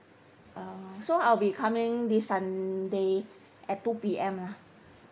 uh so I'll be coming this sunday at two P_M lah